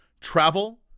Travel